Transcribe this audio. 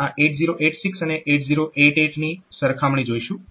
તેથી આપણે આ 8086 અને 8088 ની સરખામણી જોઈશું